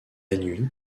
nuit